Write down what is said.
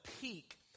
peak